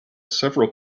several